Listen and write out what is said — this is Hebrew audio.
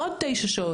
עוד 9 שעות.